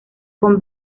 con